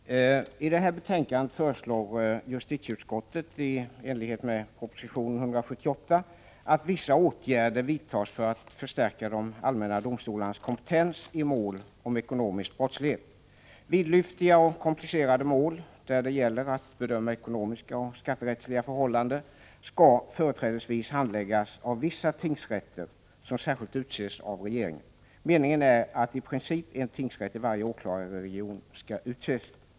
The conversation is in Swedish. Herr talman! I det här betänkandet föreslår justitieutskottet i enlighet med proposition 178 att vissa åtgärder vidtas för att förstärka de allmänna domstolarnas kompetens i mål om ekonomisk brottslighet. Vidlyftiga eller komplicerade mål, där det gäller att bedöma ekonomiska och skatterättsliga förhållanden, skall företrädesvis handläggas av vissa tingsrätter som särskilt utses av regeringen. Meningen är att i princip en tingsrätt i varje åklagarregion skall utses.